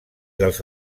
dels